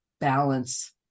balance